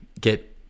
get